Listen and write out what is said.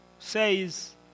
Says